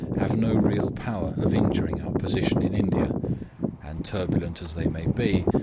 have no real power of injuring our position in india and turbulent as they may be,